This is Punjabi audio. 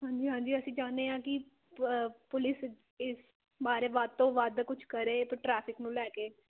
ਹਾਂਜੀ ਹਾਂਜੀ ਅਸੀਂ ਚਾਹੁੰਦੇ ਹਾਂ ਕਿ ਪੁਲੀਸ ਇਸ ਬਾਰੇ ਵੱਧ ਤੋਂ ਵੱਧ ਕੁਝ ਕਰੇ ਟ੍ਰੈਫਿਕ ਨੂੰ ਲੈ ਕੇ